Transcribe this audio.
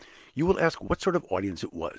you will ask what sort of audience it was.